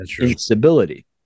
instability